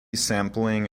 sampling